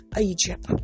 Egypt